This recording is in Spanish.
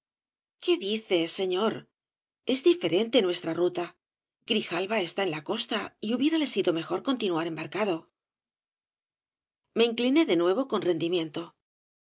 qué dice señor es diferente nuestra ruta grijalba está en la costa y hubiérale sido mejor continuar embarcado me incliné de nuevo con rendimiento s